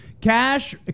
Cash